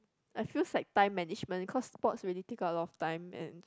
I feels like time management cause sports really take up a lot of time and